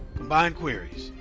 combine queries.